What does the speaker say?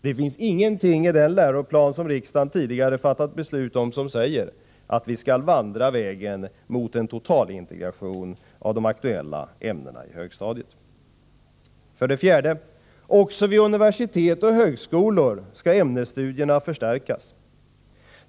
Det finns ingenting i den läroplan som riksdagen tidigare har fattat beslut om som säger att vi skall vandra vägen mot en totalintegration av de aktuella ämnena i högstadiet. 4. Också vid universitet och högskolor skall ämnesstudierna förstärkas.